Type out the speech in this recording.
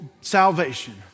salvation